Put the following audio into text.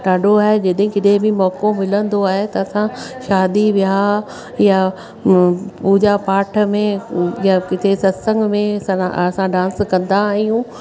ॾाढो आहे जॾहिं किथे बि मौक़ो मिलंदो आहे त असां शादी विहांव या पूॼा पाठ में या किथे सत्संग में सभु असां डांस कंदा आहियूं